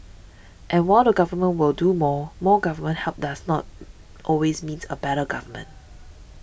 and while the Government will do more more government help does not always means a better government